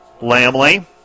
Lamley